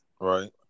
Right